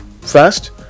First